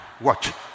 Watch